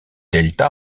delta